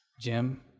Jim